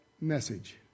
message